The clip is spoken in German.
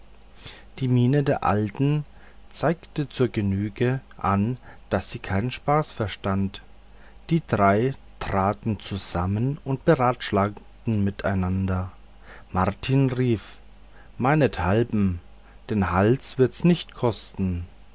die mienen der alten zeigten zur genüge an daß sie keinen spaß verstand die drei traten zusammen und beratschlagten miteinander martin rief meinethalben den hals wird's nicht kosten